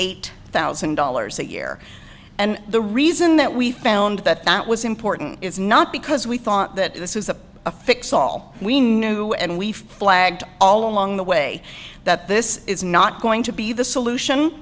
eight thousand dollars a year and the reason that we found that that was important is not because we thought that this was a fix all we knew and we flagged all along the way that this is not going to be the solution